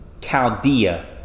Chaldea